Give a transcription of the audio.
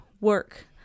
work